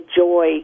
joy